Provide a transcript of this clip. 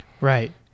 Right